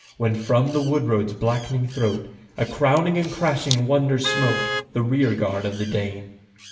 when from the wood-road's blackening throat a crowning and crashing wonder smote the rear-guard of the dane.